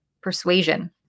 persuasion